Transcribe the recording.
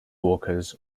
walkers